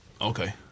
Okay